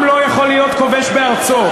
עם לא יכול להיות כובש בארצו,